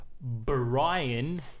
Brian